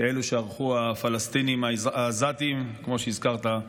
כאלה שערכו הפלסטינים העזתים, כמו שהזכרת,